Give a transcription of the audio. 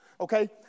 Okay